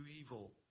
evil